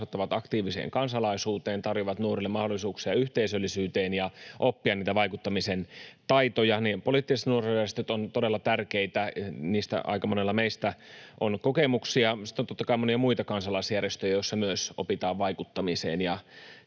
kasvattavat aktiiviseen kansalaisuuteen, tarjoavat nuorille mahdollisuuksia yhteisöllisyyteen ja mahdollisuuden oppia niitä vaikuttamisen taitoja. Poliittiset nuorisojärjestöt on todella tärkeitä. Niistä aika monella meistä on kokemuksia. Sitten on, totta kai, monia muita kansalaisjärjestöjä, joissa myös opitaan vaikuttamiseen,